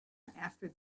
after